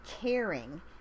caring